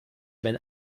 wenn